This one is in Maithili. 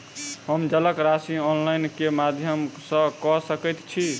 हम जलक राशि ऑनलाइन केँ माध्यम सँ कऽ सकैत छी?